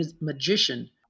magician